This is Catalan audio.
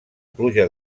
pluja